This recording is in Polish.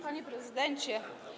Panie Prezydencie!